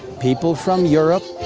people from europe.